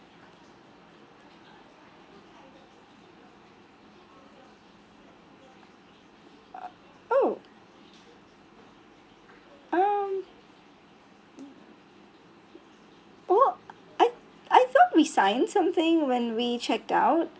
uh oh um well I I felt we signed something when we checked out